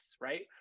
right